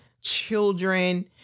children